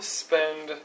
spend